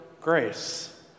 grace